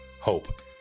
hope